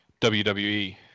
WWE